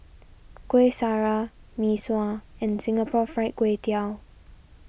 Kuih Syara Mee Sua and Singapore Fried Kway Tiao